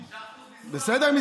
ל-9% בסדר.